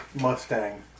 Mustang